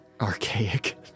Archaic